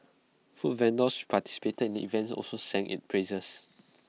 food vendors participated in the event also sang its praises